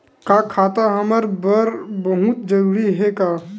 का खाता हमर बर बहुत जरूरी हे का?